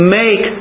make